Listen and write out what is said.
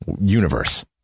universe